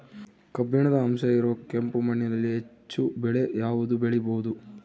ಕಬ್ಬಿಣದ ಅಂಶ ಇರೋ ಕೆಂಪು ಮಣ್ಣಿನಲ್ಲಿ ಹೆಚ್ಚು ಬೆಳೆ ಯಾವುದು ಬೆಳಿಬೋದು?